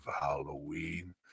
halloween